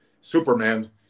Superman